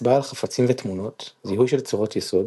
- הצבעה על חפצים ותמונות, זיהוי של צורות יסוד,